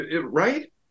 right